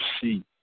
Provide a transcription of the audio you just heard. see